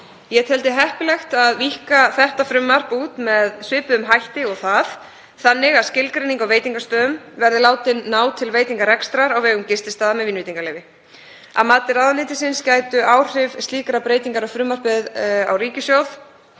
Ég teldi heppilegt að víkka þetta frumvarp út með svipuðum hætti þannig að skilgreining á veitingastöðum verði látin ná til veitingarekstrar á vegum gististaða með vínveitingaleyfi. Að mati ráðuneytisins gætu áhrif slíkrar breytingar á frumvarpinu á ríkissjóð